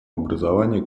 образования